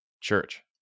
church